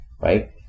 right